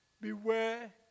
Beware